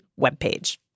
webpage